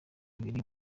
biri